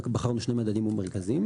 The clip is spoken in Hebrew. בחרנו את שני המדדים המרכזיים.